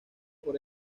por